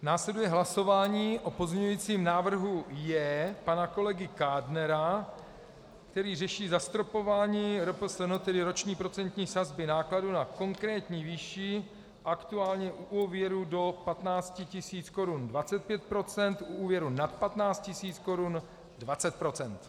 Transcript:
Následuje hlasování o pozměňujícím návrhu J pana kolegy Kádnera, který řeší zastropování RPSN, tedy roční procentní sazby nákladů na konkrétní výši, aktuálně u úvěru do 15 tis. korun 25 %, u úvěru nad 15 tis. korun 20 %.